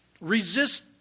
Resist